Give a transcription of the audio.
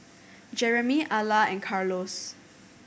Jeremy Alla and Carlos